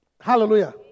Hallelujah